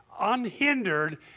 unhindered